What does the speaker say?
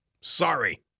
Sorry